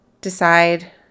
decide